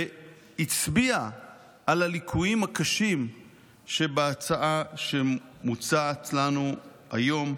והצביע על הליקויים הקשים בהצעה שמוצעת לנו היום,